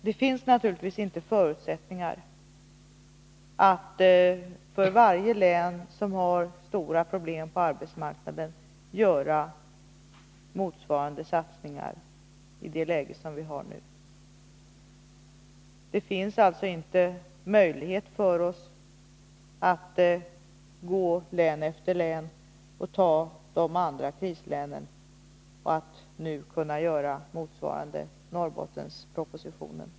Det finns naturligtvis inte förutsättningar att för varje län som har stora problem på arbetsmarknaden göra motsvarande satsningar i det läge som vi nu har. Det finns alltså inte möjlighet för oss att för län efter län lägga fram propositioner som motsvarar Norrbottenspropositionen.